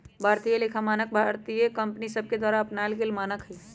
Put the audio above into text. भारतीय लेखा मानक भारतीय कंपनि सभके द्वारा अपनाएल गेल मानक हइ